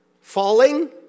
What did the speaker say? falling